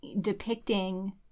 Depicting